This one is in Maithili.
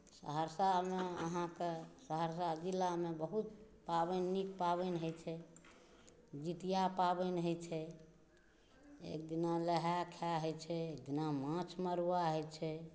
सहरसामे अहाँके सहरसा जिलामे बहुत पाबनि नीक पाबनि होइ छै जितिया पाबनि होइछै एकदिना लहाय खाए होइछै एकदिना माछ मरुआ होइछै